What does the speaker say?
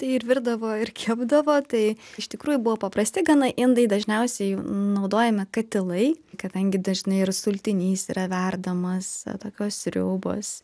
tai ir virdavo ir kepdavo tai iš tikrųjų buvo paprasti gana indai dažniausiai naudojami katilai kadangi dažnai ir sultinys yra verdamas tokios sriubos